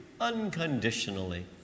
unconditionally